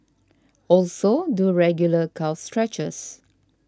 also do regular calf stretches